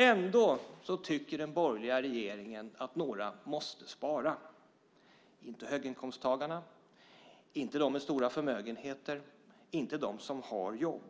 Ändå tycker den borgerliga regeringen att några måste spara, inte höginkomsttagarna, inte de som har stora förmögenheter och inte de som har jobb